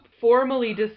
formally